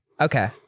okay